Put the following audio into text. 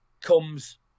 comes